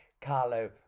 Carlo